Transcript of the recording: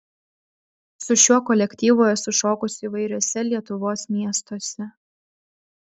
su šiuo kolektyvu esu šokusi įvairiuose lietuvos miestuose